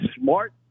smart